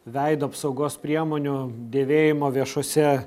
veido apsaugos priemonių dėvėjimo viešose